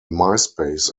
myspace